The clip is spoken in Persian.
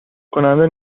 کننده